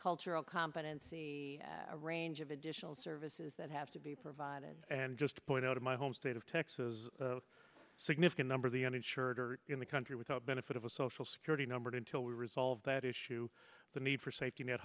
cultural competency a range of additional services that have to be provided and just point out of my home state of texas a significant number of the uninsured are in the country without benefit of a social security number to until we resolve that issue the need for safety net